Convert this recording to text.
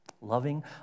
Loving